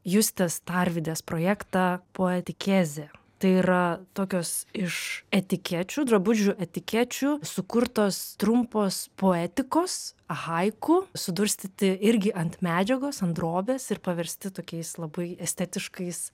justės tarvydės projektą poetikėzė tai yra tokios iš etikečių drabužių etikečių sukurtos trumpos poetikos haiku sudurstyti irgi ant medžiagos ant drobės ir paversti tokiais labai estetiškais